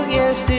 yes